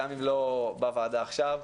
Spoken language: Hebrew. גם אם לא בוועדה עכשיו,